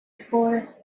fourth